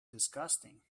disgusting